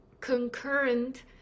concurrent